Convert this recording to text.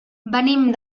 venim